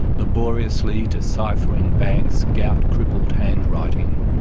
laboriously deciphering banks' gout-crippled handwriting,